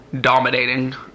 dominating